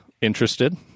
interested